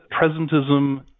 presentism